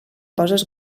poses